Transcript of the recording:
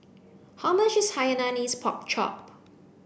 How much is hainanese pork chop